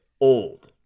old